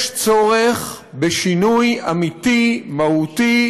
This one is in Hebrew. יש צורך בשינוי אמיתי, מהותי,